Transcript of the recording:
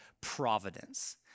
providence